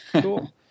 Cool